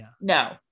No